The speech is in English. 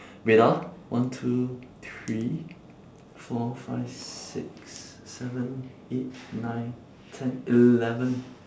wait ah one two three four five six seven eight nine ten eleven